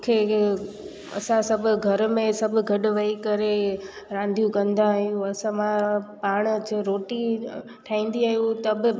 मूंखे ईअ असां सभु घर में सभु गॾ वेही करे रांदियूं कंदा आहियूं असां मां पाण जो रोटी ठाहींदा आहियूं त बि